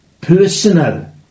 personal